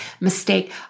mistake